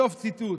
סוף ציטוט.